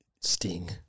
Sting